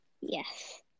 Yes